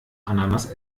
ananas